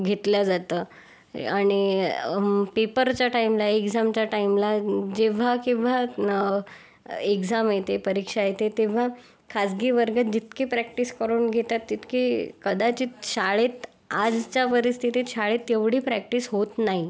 घेतलं जातं आणि पेपरच्या टाईमला एक्झामच्या टाईमला जेव्हा केव्हा एक्झाम येते परीक्षा येते तेव्हा खाजगी वर्ग जितकी प्रॅक्टिस करून घेतात तितकी कदाचित शाळेत आजच्या परिस्थितीत शाळेत एवढी प्रॅक्टिस होत नाही